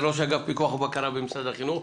ראש אגף פיקוח ובקרה במשרד החינוך.